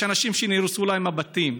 יש אנשים שנהרסו להם הבתים,